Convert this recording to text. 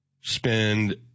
spend